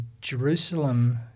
Jerusalem